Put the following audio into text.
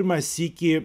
pirmą sykį